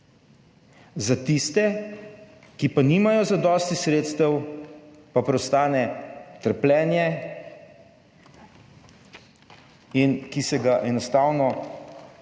Za tiste, ki pa nimajo zadosti sredstev, pa preostane trpljenje in ki se ga enostavno kljub,